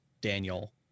Daniel